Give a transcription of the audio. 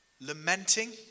Lamenting